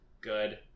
good